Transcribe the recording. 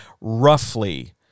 roughly